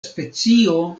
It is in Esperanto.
specio